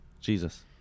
Jesus